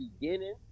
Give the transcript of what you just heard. beginning